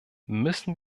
müssen